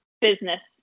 business